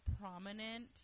prominent